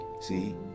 See